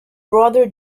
brother